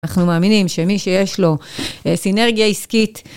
אנחנו מאמינים שמי שיש לו סינרגיה עסקית...